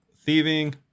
thieving